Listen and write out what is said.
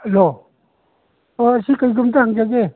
hello ꯁꯤ ꯀꯩꯒꯨꯝꯕ ꯑꯝꯇ ꯍꯪꯖꯒꯦ